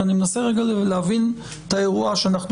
כי אני מנסה רגע להבין את האירוע שאנחנו